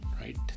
right